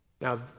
Now